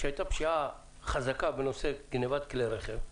כשהייתה פשיעה חזקה בנושא גניבת כלי רכב,